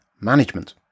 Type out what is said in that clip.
management